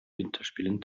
winterspielen